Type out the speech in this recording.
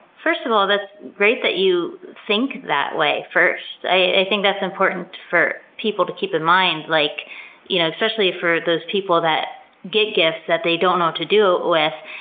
first of all, that's great that you think that way. i think that's important for people to keep in mind. like you know especially for those people that get gifts that they don't know what to do with,